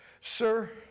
Sir